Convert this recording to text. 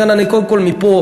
לכן אני קודם כול מפה,